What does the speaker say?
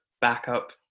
backup